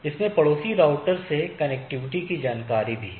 इसमें पड़ोसी राउटर से कनेक्टिविटी की जानकारी भी है